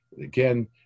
again